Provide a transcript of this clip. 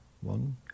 One